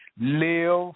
live